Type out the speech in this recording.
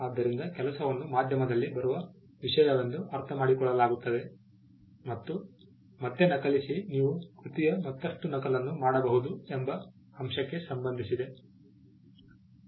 ಆದ್ದರಿಂದ ಕೆಲಸವನ್ನು ಮಾಧ್ಯಮದಲ್ಲಿ ಬರುವ ವಿಷಯವೆಂದು ಅರ್ಥಮಾಡಿಕೊಳ್ಳಲಾಗುತ್ತದೆ ಮತ್ತು ಮತ್ತೆ ನಕಲಿಸಿ ನೀವು ಕೃತಿಯ ಮತ್ತಷ್ಟು ನಕಲನ್ನು ಮಾಡಬಹುದು ಎಂಬ ಅಂಶಕ್ಕೆ ಸಂಬಂಧಿಸಿದೆ